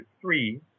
three